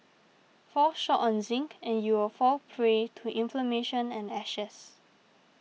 fall short on zinc and you'll fall prey to inflammation and ashes